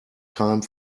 time